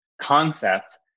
concept